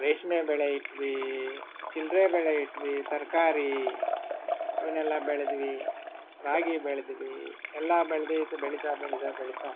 ರೇಷ್ಮೆ ಬೆಳೆ ಇಟ್ವಿ ಚಿಲ್ಲರೆ ಬೆಳೆ ಇಟ್ವಿ ತರಕಾರಿ ಅವನ್ನೆಲ್ಲ ಬೆಳೆದ್ವಿ ರಾಗಿ ಬೆಳೆದ್ವಿ ಎಲ್ಲ ಬೆಳ್ದು ತ್ ಬೆಳೀತಾ ಬೆಳೀತಾ ಬೆಳೀತಾ